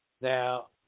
Now